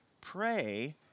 pray